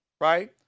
right